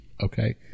okay